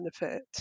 benefit